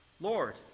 Lord